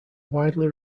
widely